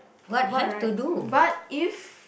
but right but if